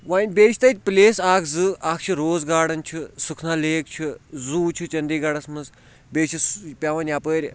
وۄنۍ بیٚیہِ چھِ تَتہِ پٕلیس اَکھ زٕ اَکھ چھِ روز گاڈَن چھِ سُکھنا لیک چھُ زوٗ چھُ چٔندی گڑھَس منٛز بیٚیہِ چھُ سُہ پٮ۪وان یَپٲرۍ